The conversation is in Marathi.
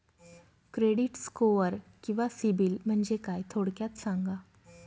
क्रेडिट स्कोअर किंवा सिबिल म्हणजे काय? थोडक्यात सांगा